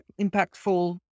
Impactful